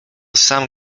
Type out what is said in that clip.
sam